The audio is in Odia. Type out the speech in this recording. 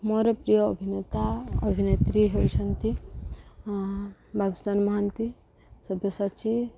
ମୋର ପ୍ରିୟ ଅଭିନେତା ଅଭିନେତ୍ରୀ ହେଉଛନ୍ତି ବାବୁସାନ୍ ମହାନ୍ତି ଶବ୍ୟସାଚୀ